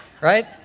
right